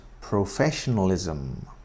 professionalism